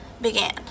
began